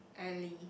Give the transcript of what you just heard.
Elly